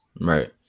Right